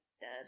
dead